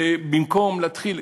ובמקום להתחיל,